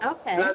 Okay